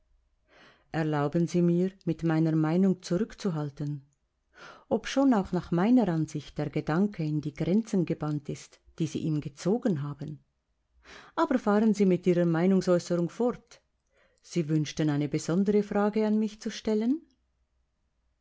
erlauben sie mir mit meiner meinung zurückzuhalten obschon auch nach meiner ansicht der gedanke in die grenzen gebannt ist die sie ihm gezogen haben aber fahren sie mit ihrer meinungsäußerung fort sie wünschten eine besondere frage an mich zu stellen